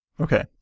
Okay